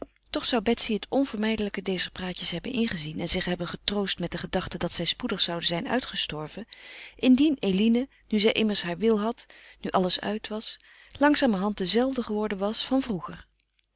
toch zou betsy het onvermijdelijke dezer praatjes hebben ingezien en zich hebben getroost met de gedachte dat zij spoedig zouden zijn uitgestorven indien eline nu zij immers haar wil had nu alles uit was langzamerhand de zelfde geworden was van vroeger